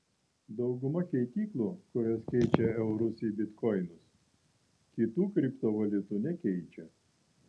dauguma keityklų kurios keičia eurus į bitkoinus kitų kriptovaliutų nekeičia